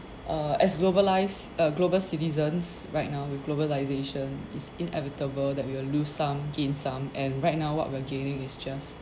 err as globalized uh global citizens right now with globalization it's inevitable that we will lose some gain some and right now what we're gaining is just